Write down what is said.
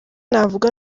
navuga